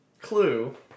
Clue